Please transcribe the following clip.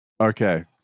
okay